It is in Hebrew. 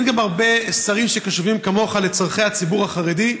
אין גם הרבה שרים שקשובים כמוך לצורכי הציבור החרדי.